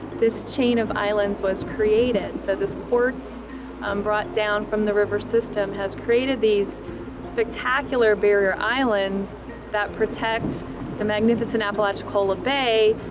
this chain of islands was created. so this quartz um brought down from the river system has created these spectacular barrier islands that protect the magnificent apalachicola bay.